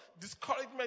discouragement